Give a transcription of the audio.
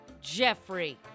Jeffrey